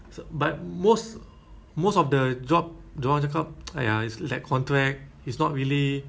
that is that makes sense [what] kalau tak no~ nobody will also macam